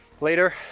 later